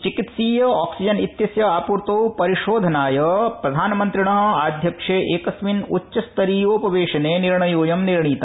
चिकित्सीय ऑक्सीजन इत्यस्य आपूर्तो परिशोधनाय प्रधानमंत्रिण आध्यक्षे एकस्मिन् उच्च स्तरीयोपवेशने निर्णयोऽयं निर्णीत